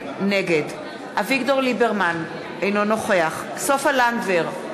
נגד אביגדור ליברמן, אינו נוכח סופה לנדבר,